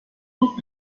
und